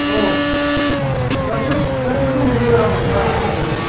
औ गासैबो गासैबो दंजोबो आंनाव गासैबो दंजोबो